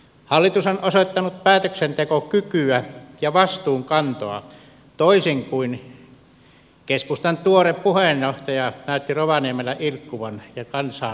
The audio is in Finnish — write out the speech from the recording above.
hallitus on osoittanut päätöksentekokykyä ja vastuunkantoa toisin kuin keskustan tuore puheenjohtaja joka näytti rovaniemellä ilkkuvan ja kansaa naurattavan